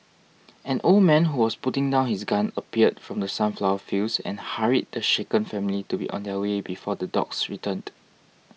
an old man who was putting down his gun appeared from the sunflower fields and hurried the shaken family to be on their way before the dogs returned